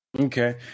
Okay